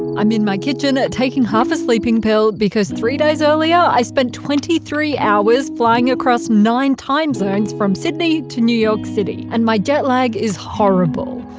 i mean my kitchen, taking half a sleeping pill, because three days earlier i spent twenty three hours flying across nine time zones from sydney to new york city and my jet lag is horrible.